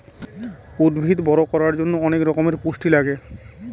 উদ্ভিদ বড়ো করার জন্য অনেক রকমের পুষ্টি লাগে